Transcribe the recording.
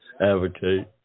advocate